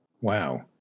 Wow